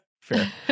fair